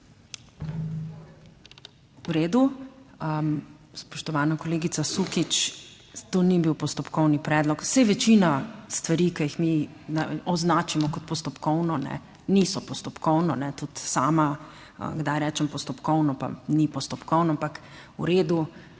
V redu, spoštovana kolegica Sukič, to ni bil postopkovni predlog. Saj večina stvari, ki jih mi označimo kot postopkovno, niso postopkovno, tudi sama kdaj rečem postopkovno, pa ni postopkovno, ampak v redu,